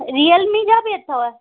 real me जा बि अथव